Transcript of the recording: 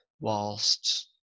whilst